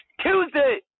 Tuesday